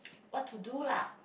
what to do lah